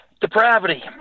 Depravity